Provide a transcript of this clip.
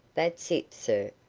that's it, sir.